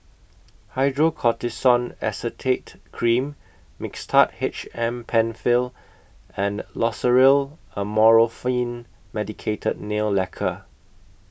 Hydrocortisone Acetate Cream Mixtard H M PenFill and Loceryl Amorolfine Medicated Nail Lacquer